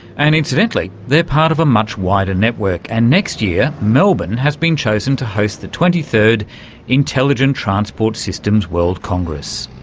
and incidentally, they're part of a much wider network, and next year melbourne but and has been chosen to host the twenty third intelligent transport systems world congress.